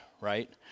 right